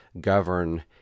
govern